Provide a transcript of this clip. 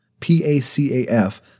PACAF